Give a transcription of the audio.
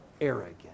arrogant